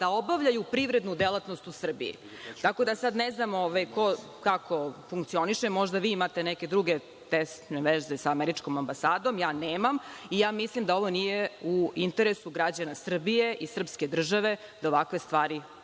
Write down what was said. da obavljaju privrednu delatnost u Srbiji. Tako da sada, ne znam ko kako funkcioniše, možda vi imate neke druge tesne veze sa američkom ambasada, ja nemam i mislim da ovo nije u interesu građana Srbije i srpske države da ovakve stvari